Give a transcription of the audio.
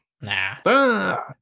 Nah